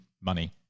money